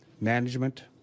management